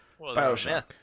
Bioshock